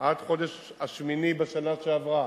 עד החודש השמיני בשנה שעברה,